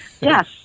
Yes